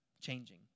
changing